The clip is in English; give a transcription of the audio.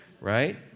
right